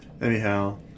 Anyhow